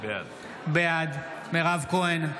בעד מירב כהן,